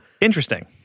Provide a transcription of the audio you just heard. Interesting